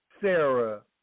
Sarah